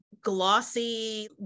Glossy